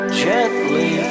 gently